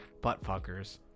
buttfuckers